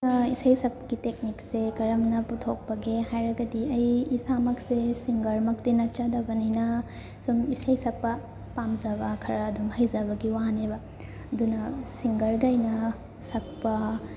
ꯏꯁꯩ ꯁꯛꯄꯒꯤ ꯇꯦꯛꯅꯤꯛꯁꯦ ꯀꯔꯝꯅ ꯄꯨꯊꯣꯛꯄꯒꯦ ꯍꯥꯏꯔꯒꯗꯤ ꯑꯩ ꯏꯁꯥꯃꯛꯁꯦ ꯁꯤꯡꯒꯔꯃꯛꯇꯤ ꯅꯠꯆꯗꯕꯅꯤꯅ ꯁꯨꯝ ꯏꯁꯩ ꯁꯛꯄ ꯄꯥꯝꯖꯕ ꯈꯔ ꯑꯗꯨꯝ ꯍꯩꯖꯕꯒꯤ ꯋꯥꯅꯦꯕ ꯑꯗꯨꯅ ꯁꯤꯡꯒꯔꯒꯩꯅ ꯁꯛꯄ